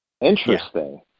Interesting